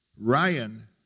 ryan